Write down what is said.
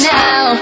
now